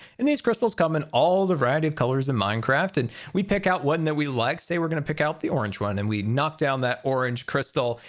and these crystals come in all the variety of colors in minecraft. and we'd pick out one that we like, say we're going to pick out the orange one. and we knock down that orange crystal,